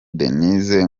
denise